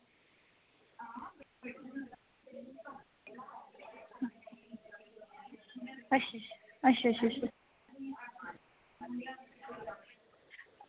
अच्छा अच्छा